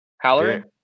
Halloran